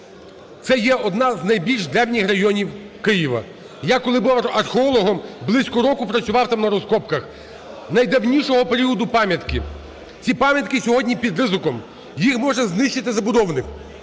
Це є однин з найбільш древніх районів Києва. Я, коли був археологом, близько року працював там на розкопках, найдавнішого періоду пам'ятки. Ці пам'ятки сьогодні під ризиком, їх може знищити забудовник.